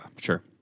Sure